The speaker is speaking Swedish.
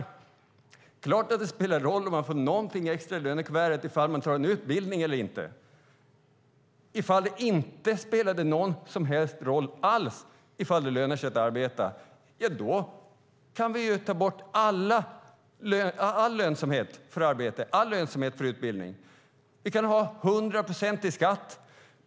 Det är klart att det spelar roll om man får någonting extra i lönekuvertet ifall man tar en utbildning. Ifall det inte spelar någon som helst roll alls om det lönar sig att arbeta kan vi ta bort all lönsamhet för arbete och utbildning. Vi kan ha 100 procent i skatt.